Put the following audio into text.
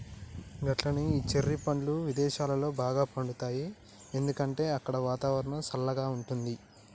గట్లనే ఈ చెర్రి పండ్లు విదేసాలలో బాగా పండుతాయి ఎందుకంటే అక్కడ వాతావరణం సల్లగా ఉంటది